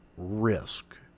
risk